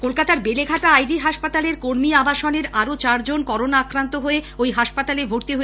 কলকাতার বেলেঘাটা আইডি হাসপাতালের কর্মী আবাসনের আরো চারজন করোনা আক্রান্ত হয়ে ঐ হাসপাতালে ভর্তি হয়েছেন